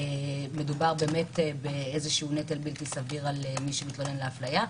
מדובר בנטל בלתי סביר על מי שמתלונן על הפליה,